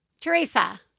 Teresa